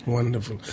Wonderful